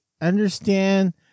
understand